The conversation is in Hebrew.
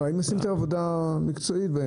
הם עושים עבודה מקצועית.